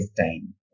time